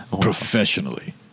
professionally